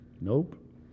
Nope